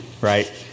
right